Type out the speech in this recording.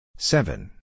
Seven